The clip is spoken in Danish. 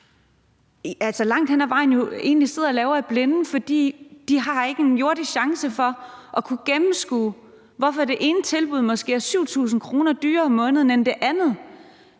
langt hen ad vejen jo egentlig sidder og laver i blinde, fordi de ikke har en jordisk chance for at kunne gennemskue, hvorfor det ene tilbud måske er 7.000 kr. dyrere om måneden end det andet,